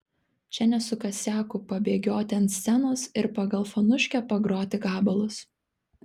čia ne su kasiaku pabėgioti ant scenos ir pagal fonuškę pagroti gabalus